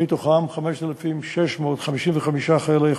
מתוכם 5,655 חיילי חובה.